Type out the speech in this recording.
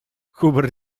hubert